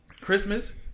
Christmas